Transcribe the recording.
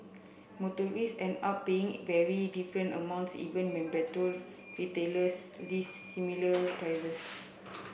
motorists end up paying very different amounts even member to retailers list similar prices